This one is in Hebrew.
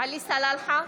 עלי סלאלחה,